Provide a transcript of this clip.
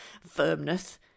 firmness